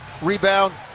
rebound